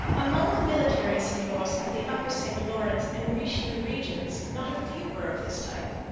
among the military seigneurs of the upper st lawrence and richelieu regions not a few were of this type.